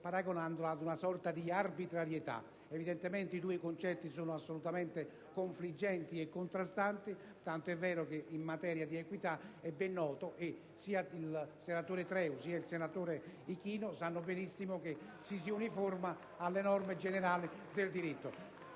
paragonandolo ad una sorta di arbitrarietà. Evidentemente i due concetti sono assolutamente confliggenti e contrastanti, tanto è vero che in materia di equità sia il senatore Treu che il senatore Ichino sanno benissimo che ci si uniforma alle norme generali del diritto.